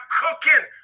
cooking